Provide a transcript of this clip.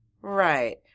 right